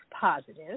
Positive